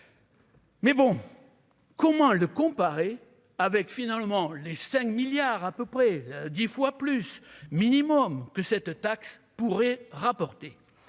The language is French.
Mais bon, comment le comparer avec finalement les 5 milliards à peu près 10 fois plus minimum que cette taxe pourrait rapporter,